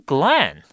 Glenn